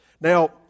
Now